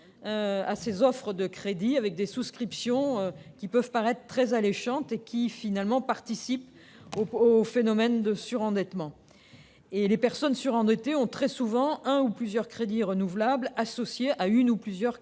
à ces offres de crédit, avec des souscriptions qui peuvent paraître très alléchantes mais, finalement, participent au phénomène de surendettement. Alors que les personnes surendettées ont très souvent un ou plusieurs crédits renouvelables associés à une ou plusieurs cartes